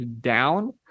down